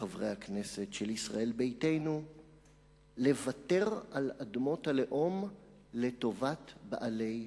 וחברי הכנסת של ישראל ביתנו לוותר על אדמות הלאום לטובת בעלי ההון.